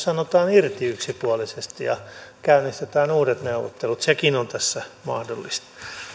sanotaan irti yksipuolisesti ja käynnistetään uudet neuvottelut sekin on tässä mahdollista